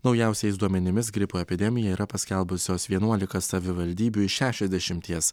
naujausiais duomenimis gripo epidemiją yra paskelbusios vienuolika savivaldybių iš šešiasdešimties